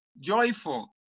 joyful